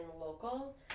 local